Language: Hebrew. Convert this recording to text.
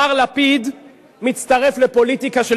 מר לפיד מצטרף לפוליטיקה של